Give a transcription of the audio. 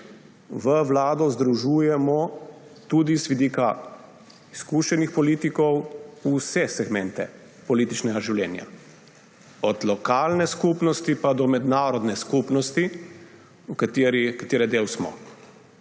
V vlado združujemo tudi z vidika izkušenih politikov vse segmente političnega življenja – od lokalne skupnosti pa do mednarodne skupnosti, katere del smo,